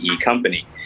company